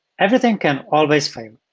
everything can always fail.